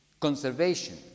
conservation